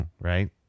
Right